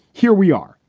here we are.